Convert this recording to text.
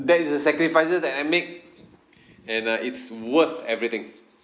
that is the sacrifices that I make and uh it's worth everything